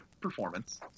performance